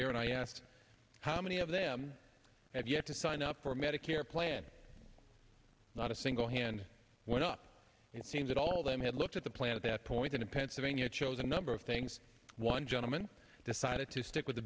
here and i asked how many of them have yet to sign up for medicare plan not a single hand went up it seems that all of them had looked at the plan at that point in pennsylvania chose a number of things one gentleman decided to stick with the